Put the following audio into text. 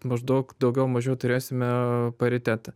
maždaug daugiau mažiau turėsime paritetą